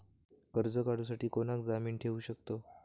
कर्ज काढूसाठी कोणाक जामीन ठेवू शकतव?